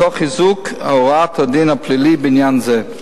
שהוא, תוך חיזוק הוראות הדין הפלילי בעניין זה.